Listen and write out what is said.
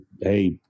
hey